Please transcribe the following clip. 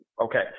Okay